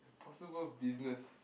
possible business